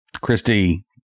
Christy